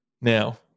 Now